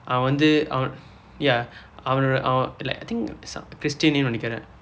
அவன் வந்து அவன்:avan vandthu avan ya அவனோட:avanooda like I think christian name நினைக்கிறேன்:ninaikkireen